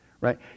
right